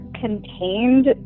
contained